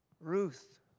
Ruth